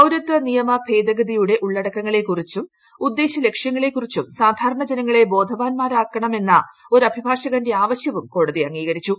പൌരത്വ നിയമ ഭേദഗതിയുക്കുട ഉള്ളടക്കങ്ങളെക്കുറിച്ചും ഉദ്ദേശ്യലക്ഷ്യങ്ങളെക്കുറിച്ചും സാധാരണ ജനുങ്ങ്കുള്ള ബോധവാന്മാരാക്കണ മെന്ന ഒരു അഭിഭാഷകന്റെ ആവശ്യവും ക്കോട്ടതി അംഗീകരിച്ചു